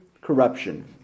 corruption